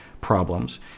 problems